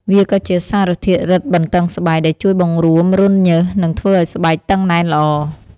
វាក៏ជាសារធាតុរឹតបន្តឹងស្បែក ដែលជួយបង្រួមរន្ធញើស និងធ្វើឲ្យស្បែកតឹងណែនល្អ។